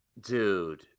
dude